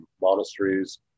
monasteries